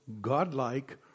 godlike